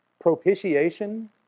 Propitiation